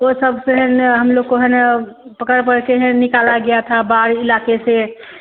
वो सबसे है न हम लोग को है न पकड़ पकड़ के हैं न निकाला गया था बाढ़ इलाके से